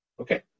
Okay